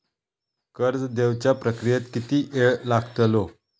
कर्ज देवच्या प्रक्रियेत किती येळ लागतलो?